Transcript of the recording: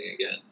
again